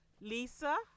Lisa